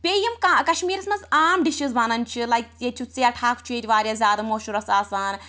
بیٚیہِ یم کانٛہہ اگر کشمیٖرَس مَنٛز عام ڈِشِز بنان چھِ لایک ییٚتہِ چھُ ژیٹہٕ ہاکھ چھُ ییٚتہِ واریاہ زیادٕ مشہورَس آسان